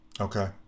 Okay